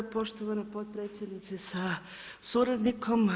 Poštovana potpredsjednice sa suradnikom.